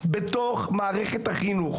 בתוך מערכת החינוך